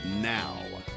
now